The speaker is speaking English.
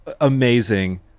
amazing